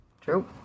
True